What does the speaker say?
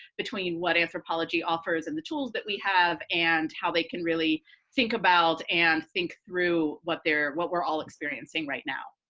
between what anthropology offers and the tools that we have, and how they can really think about and think through what they're, what we're all experiencing right now.